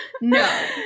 No